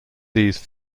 these